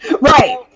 Right